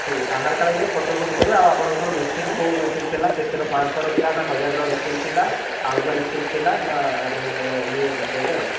ଠିିକ୍ Aadhaar card ଗୋଟେ photo ଗୋଟେ ଦେବେ ଆଉ ଆପଣଙ୍କର ମେସିନ୍ କେଉଁ ମେସିନ୍ ଥିଲା କେତେର ପାଞ୍ଚ ଶହର ଥିଲା ନା ହଜାରର ମେସିନ୍ ଥିଲା ଆହୁଜା ମେସିନ୍ ଥିଲା ନା ଆପଣଙ୍କର ଇଏ ଦେବେ ଆଉ